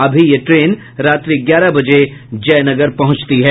अभी यह ट्रेन रात्रि ग्यारह बजे जयनगर पहुंचती है